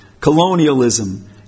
colonialism